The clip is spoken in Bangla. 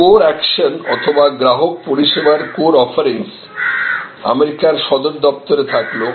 কোর অ্যাকশন অথবা গ্রাহক পরিষেবার কোর অফারিংস আমেরিকার সদর দফতরে থাকলো